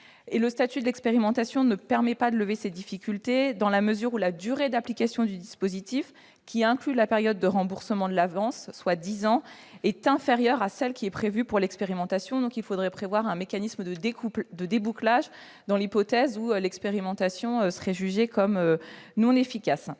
Le statut de l'expérimentation ne permet pas de lever ces difficultés, dans la mesure où la durée d'application du dispositif, qui inclut la période de remboursement de l'avance, soit dix ans, est inférieure à celle qui est prévue pour l'expérimentation elle-même. Il faudrait donc prévoir un mécanisme de débouclage, dans l'hypothèse où l'expérimentation ne serait pas jugée efficace.